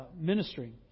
ministering